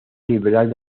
liberal